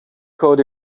caught